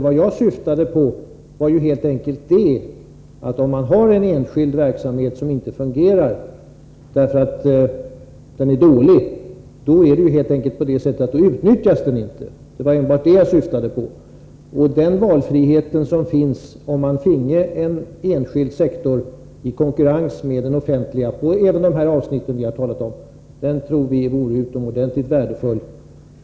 Vad jag syftade på var enbart det, att om man har en enskild verksamhet som inte fungerar därför att den är dålig, så utnyttjas den helt enkelt inte. Den valfrihet som skulle finnas om man finge en enskild sektor i konkurrens med den offentliga — även på de områden som vi har talat om -—tror vi vore utomordentligt värdefull.